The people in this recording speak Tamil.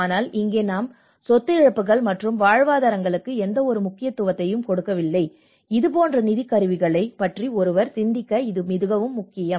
ஆனால் இங்கே நாம் சொத்து இழப்புகள் மற்றும் வாழ்வாதாரங்களுக்கு எந்தவொரு முக்கியத்துவத்தையும் கொடுக்கவில்லை இதுபோன்ற நிதிக் கருவிகளைப் பற்றி ஒருவர் சிந்திக்க இது மிகவும் முக்கியம்